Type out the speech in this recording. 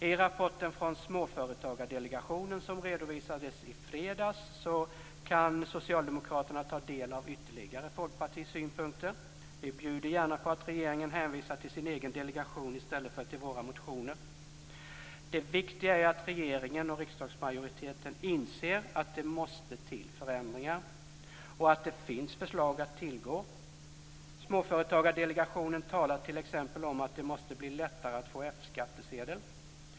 I rapporten från Småföretagardelegationen, som redovisades i fredags, kan socialdemokraterna ta del av ytterligare folkpartisynpunkter. Vi bjuder gärna på att regeringen hänvisar till sin egen delegation i stället för till våra motioner. Det viktiga är att regeringen och riksdagsmajoriteten inser att det måste till förändringar. Och att det finns förslag att tillgå. Småföretagardelegationen talar t.ex. om att det måste bli lättare att få F-skattsedel.